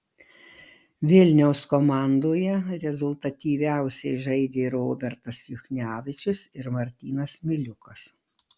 vilniaus komandoje rezultatyviausiai žaidė robertas juchnevičius ir martynas miliukas